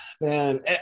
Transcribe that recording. man